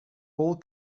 all